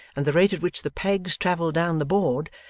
and the rate at which the pegs travelled down the board,